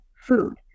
food